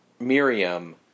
Miriam